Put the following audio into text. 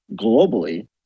globally